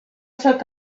took